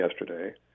yesterday